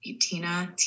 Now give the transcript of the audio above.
Tina